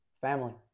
Family